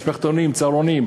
המשפחתונים והצהרונים,